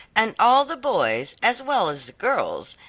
and all the boys, as well as the girls,